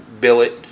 billet